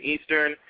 Eastern